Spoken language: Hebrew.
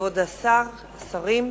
כבוד השרים,